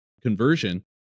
conversion